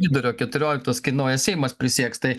vidurio keturioliktos kai naujas seimas prisieks tai